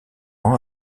ans